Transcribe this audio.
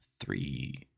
three